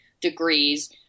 degrees